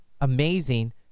amazing